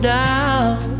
down